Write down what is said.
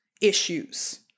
issues